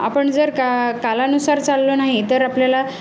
आपण जर का कालानुसार चाललो नाही तर आपल्याला